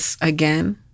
again